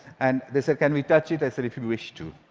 and they said, can we touch it? i said, if you wish to.